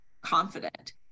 confident